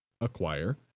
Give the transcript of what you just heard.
acquire